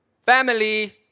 family